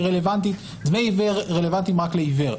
רלוונטית דמי עיוור רלוונטיים רק לעיוור.